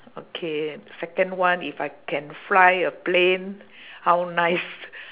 okay second one if I can fly a plane how nice